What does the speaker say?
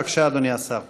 בבקשה, אדוני השר.